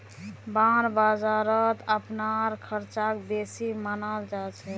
bond बाजारत अपनार ख़र्चक बेसी मनाल जा छेक